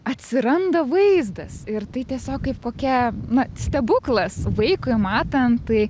atsiranda vaizdas ir tai tiesiog kaip kokia na stebuklas vaikui matant tai